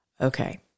Okay